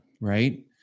Right